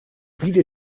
wieder